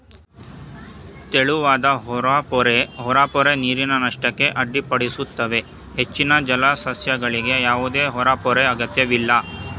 ತೆಳುವಾದ ಹೊರಪೊರೆ ಹೊರಪೊರೆ ನೀರಿನ ನಷ್ಟಕ್ಕೆ ಅಡ್ಡಿಪಡಿಸುತ್ತವೆ ಹೆಚ್ಚಿನ ಜಲಸಸ್ಯಗಳಿಗೆ ಯಾವುದೇ ಹೊರಪೊರೆ ಅಗತ್ಯವಿಲ್ಲ